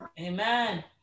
Amen